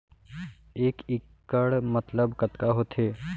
एक इक्कड़ मतलब कतका होथे?